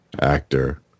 actor